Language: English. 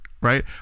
right